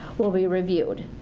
will be reviewed.